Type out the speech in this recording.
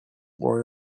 worry